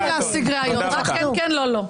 אתם לא אוהבים להשיג ראיות, רק כן-כן, לא-לא.